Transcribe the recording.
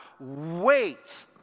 wait